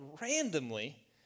randomly